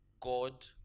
God